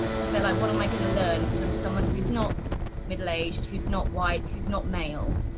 cause they like, what am i going to learn from someone who's not middle aged who's not white who's not male?